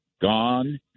gone